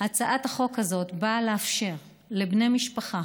הצעת החוק הזאת באה לאפשר לבני משפחה